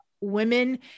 women